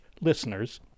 listeners